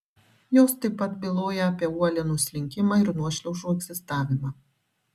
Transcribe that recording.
jos taip pat byloja apie uolienų slinkimą ir nuošliaužų egzistavimą